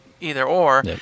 either-or